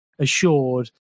assured